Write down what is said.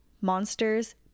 monsters